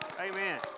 amen